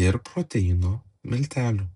ir proteino miltelių